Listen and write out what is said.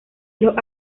los